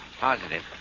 Positive